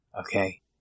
okay